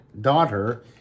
daughter